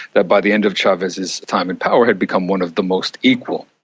that by the end of chavez's time in power had become one of the most equal.